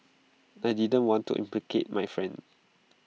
I didn't want to implicate my friend